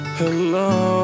hello